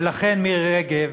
ולכן, מירי רגב,